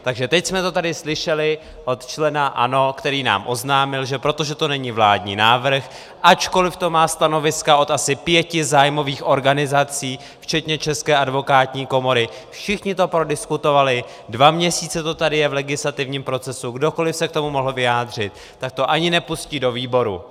Takže teď jsme to tady slyšeli od člena ANO, který nám oznámil, že protože to není vládní návrh, ačkoliv to má stanoviska od asi pěti zájmových organizací včetně České advokátní komory, všichni to prodiskutovali, dva měsíce to tady je v legislativním procesu, kdokoliv se k tomu mohl vyjádřit, tak to ani nepustí do výboru.